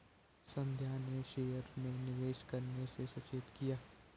संध्या ने शेयर में निवेश करने से सचेत किया